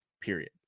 period